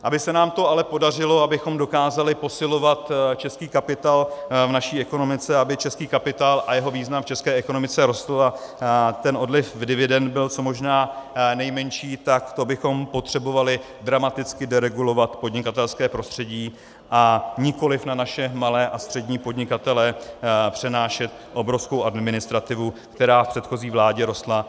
Aby se nám to ale podařilo, abychom dokázali posilovat český kapitál v naší ekonomice, aby český kapitál a jeho význam v české ekonomice rostl a ten odliv dividend byl co možná nejmenší, tak to bychom potřebovali dramaticky deregulovat podnikatelské prostředí a nikoliv na naše malé a střední podnikatele přenášet obrovskou administrativu, která v předchozí vládě rostla.